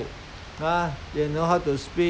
from there they they they can try to